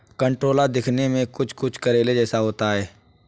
कंटोला दिखने में कुछ कुछ करेले जैसा होता है